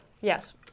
Yes